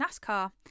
nascar